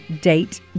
date